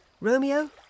Romeo